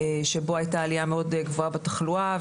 שבו הייתה עלייה מאוד גבוהה בתחלואה,